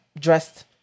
dressed